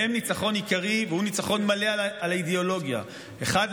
והם ניצחון עיקרי והם ניצחון מלא על האידיאולוגיה: האחד,